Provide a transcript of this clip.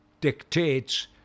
dictates